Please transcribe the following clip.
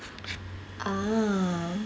ah